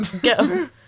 Go